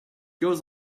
goes